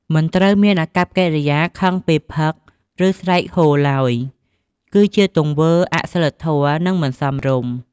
មិនត្រូវមានអាកប្បកិរិយាខឹងពេលផឹក ឬ ស្រែកហ៊ឡើយ គឺជាទង្វើអសីលធម៌ និងមិនសមរម្យ។